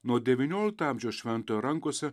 nuo devyniolikto amžiaus šventojo rankose